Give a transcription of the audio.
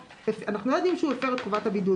אנחנו לא יודעים שהוא הפר את חובת הבידוד,